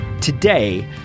today